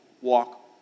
walk